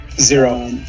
zero